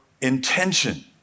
intention